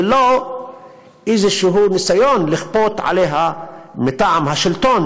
ולא איזשהו ניסיון לכפות עליה מטעם השלטון,